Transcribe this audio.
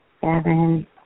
Seven